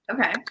Okay